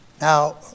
Now